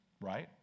right